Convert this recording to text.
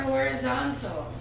horizontal